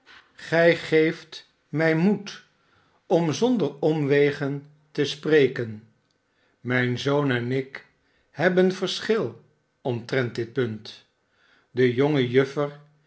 gij geeft mij moed om zonder omwegen te spreken mijn zoon en ik hebben verschil omtrent dit punt de jonge juffer